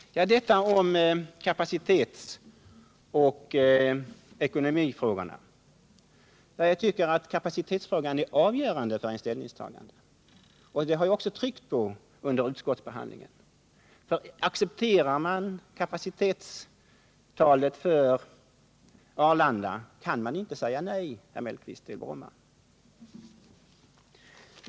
Jag har hittills berört kapacitetsoch ekonomifrågorna. Jag tycker att kapacitetsfrågan är avgörande för ett ställningtagande, och det har jag också understrukit under utskottsbehandlingen. Accepterar man det angivna kapacitetstalet för Arlanda, kan man inte säga nej till Bromma.